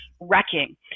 wrecking